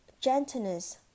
gentleness